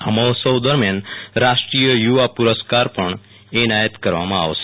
આ મહોત્સવ દરમ્યાન રાષ્ટ્રીય યુવા પુરસ્કાર પણ એનાયત કરવામાં આવશે